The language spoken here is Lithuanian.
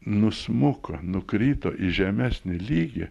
nusmuko nukrito į žemesnį lygį